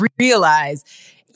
realize